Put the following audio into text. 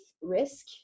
Risk